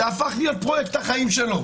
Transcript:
זה הפך להיות פרויקט החיים שלו,